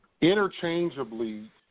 interchangeably